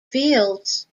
fields